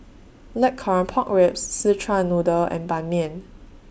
Blackcurrant Pork Ribs Szechuan Noodle and Ban Mian